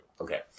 Okay